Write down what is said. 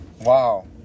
Wow